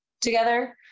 together